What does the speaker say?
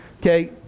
okay